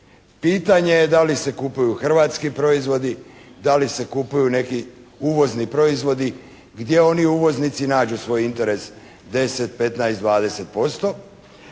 Pitanje je da li se kupuju hrvatski proizvodi, da li se kupuju neki uvozni proizvodi, gdje oni uvoznici nađu svoj interes 10, 15, 20%.